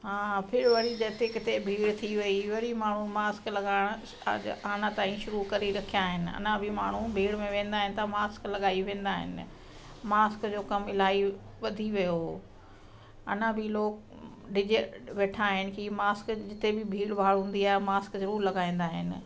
हा फिर वरी जिते किथे भीड़ थी वई वरी माण्हू मास्क लॻाइणु हाणे ताईं शुरू करे रखिया आहिनि अञा बि माण्हू भीड़ में वेंदा आहिनि त मास्क लॻाए वेंदा आहिनि मास्क जो कमु इलाही वधी वियो अञा बि लोग डिॼी वेठा आहिनि की मास्क जिते बि भीड़ भाड़ हूंदी आहे मास्क ज़रूरु लॻाईंदा आहिनि